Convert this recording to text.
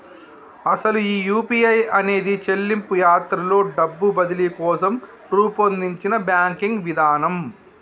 అసలు ఈ యూ.పీ.ఐ అనేది చెల్లింపు యాత్రలో డబ్బు బదిలీ కోసం రూపొందించిన బ్యాంకింగ్ విధానం